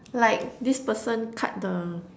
like this person cut the